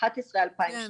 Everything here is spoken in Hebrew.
2012,